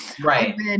Right